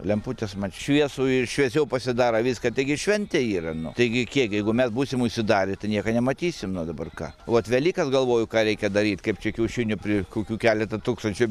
lemputės man šviesu ir šviesiau pasidaro viską taigi šventė yra nu taigi kiek jeigu mes būsim užsidarę tai nieko nematysim nu o dabar ką vot velykas galvoju ką reikia daryt kaip čia kiaušinių pri kokių keletą tūkstančių